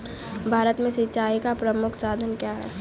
भारत में सिंचाई का प्रमुख साधन क्या है?